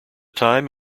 time